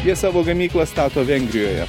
jie savo gamyklą stato vengrijoje